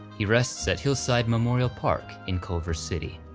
he rests at hillside memorial park in culver city.